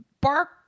bark